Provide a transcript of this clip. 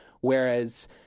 whereas